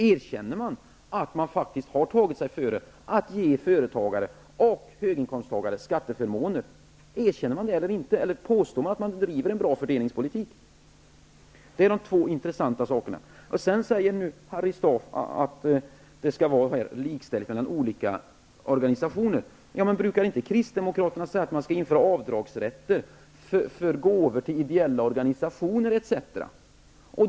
Erkänner man att man faktiskt har tagit sig före att ge företagare och höginkomsttagare skatteförmåner, eller gör man det inte? Påstår man att man driver en bra fördelningspolitik? Det är de två intressanta frågorna. Vidare säger nu Harry Staaf att det skall vara likställighet mellan olika organisationer. Men brukar inte Kristdemokraterna förorda införande av avdragsrätt för gåvor till ideella organisationer etc.?